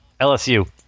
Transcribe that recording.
lsu